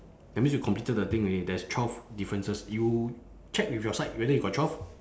that means we completed the thing already there's twelve differences you check with your side whether you got twelve